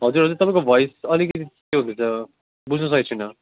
हजुर तपाईँको भोइस अलिकति के हुँदैछ बुझ्नु सकेको छुइनँ